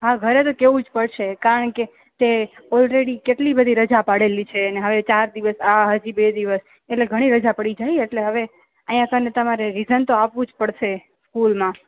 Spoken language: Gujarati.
હાં ઘરે તો કેવું જ પડશે કારણકે તે ઓલરેડી કેટલી બધી રજા પાડેલી છે ને હવે ચાર દિવસ અઅ હજી બે દિવસ એટલે ઘણી રજા પડી જાય અને અહિયાં સરને રિઝન તો આપવું જ સ્કૂલમાં